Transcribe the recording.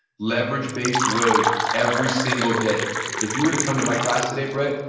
leveraged based way every single day if you were to come to my class today, brett,